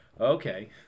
Okay